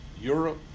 Europe